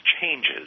changes